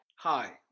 Hi